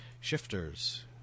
Shifter's